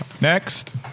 Next